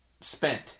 spent